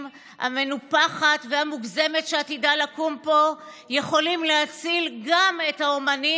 המנופחת והמוגזמת שעתידה לקום פה יכולים להציל גם את האומנים,